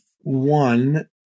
one